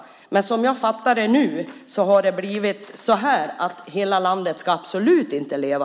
Men som jag fattar det nu har det blivit så att hela landet absolut inte ska leva.